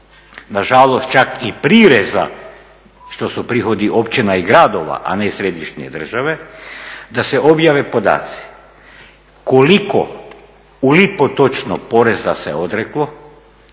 nažalost čak i prireza što su prihodi općina i gradova, a ne središnje države da se objave podaci koliko u lipu točno poreza se odreklo,